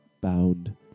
bound